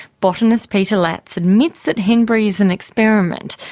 botanist peter latz admits that henbury is an experiment,